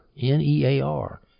N-E-A-R